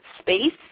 space